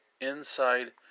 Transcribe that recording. inside